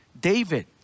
David